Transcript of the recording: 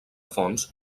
fonts